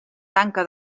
tanca